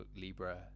libra